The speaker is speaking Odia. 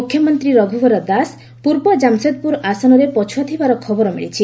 ମୁଖ୍ୟମନ୍ତ୍ରୀ ରଘ୍ରବର ଦାସ ପୂର୍ବ ଜାମ୍ସେଦ୍ପ୍ରର ଆସନରେ ପଛ୍ରଆ ଥିବାର ଖବର ମିଳିଛି